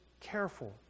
careful